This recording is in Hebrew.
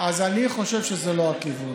אז אני חושב שזה לא הכיוון.